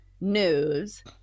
news